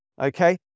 Okay